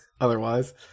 Otherwise